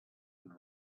and